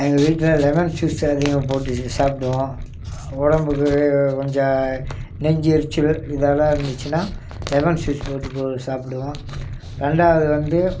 எங்கள் வீட்டில் lemon juice அதிகம் போட்டு சாப்பிடுவோம் உடம்புக்கு கொஞ்சம் நெஞ்சு எரிச்சல் இதெல்லாம் இருந்துச்சுன்னா லெமன் ஜூஸ் போட்டு சாப்பிடுவோம் ரெண்டாவது வந்து